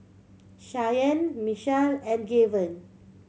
Shyanne Mechelle and Gaven